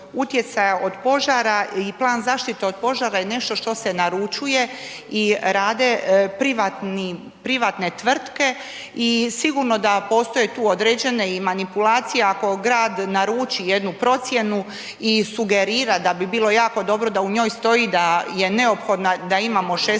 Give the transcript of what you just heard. od požara i plan zaštite od požara je nešto što se naručuje i radne privatne tvrtke i sigurno da tu postoje određene i manipulacije ako grad naruči jednu procjenu i sugerira da bi bilo jako dobro da u njoj stoji da je neophodna da imamo 16